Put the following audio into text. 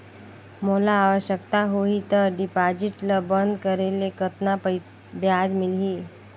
मोला आवश्यकता होही त डिपॉजिट ल बंद करे ले कतना ब्याज मिलही?